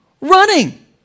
running